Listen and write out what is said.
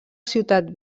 ciutat